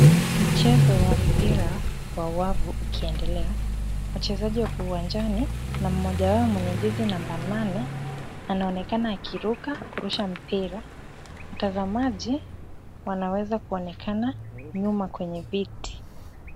Mchezo wa mpira wa wavu ukiendelea. Wachezaji wako uwanjani na mmoja wao mwenye jezi namba nane anaonekana akiruka kurusha mpira. Watazamaji wanaweza kuonekana nyuma kwenye viti.